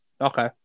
Okay